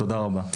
תודה רבה.